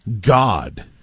God